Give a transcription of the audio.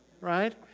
right